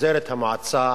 המועצה